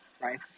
right